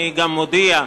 אני גם מודיע,